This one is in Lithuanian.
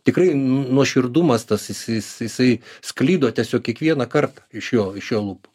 tikrai nuoširdumas tas jis jis jisai sklido tiesiog kiekvienąkart iš jo iš jo lūpų